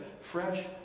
fresh